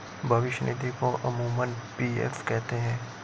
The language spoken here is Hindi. भविष्य निधि को अमूमन पी.एफ कहते हैं